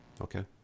okay